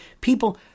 people